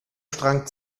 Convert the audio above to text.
strang